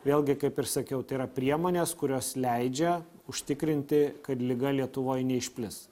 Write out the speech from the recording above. vėlgi kaip ir sakiau tai yra priemonės kurios leidžia užtikrinti kad liga lietuvoj neišplis